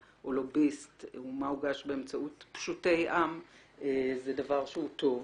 לוביסט ומה הוגש באמצעות פשוטי עם היא דבר שהוא טוב.